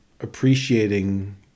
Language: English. appreciating